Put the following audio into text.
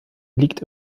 liegt